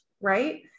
right